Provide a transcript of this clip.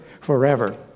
forever